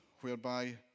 whereby